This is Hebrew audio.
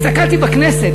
הסתכלתי בכנסת.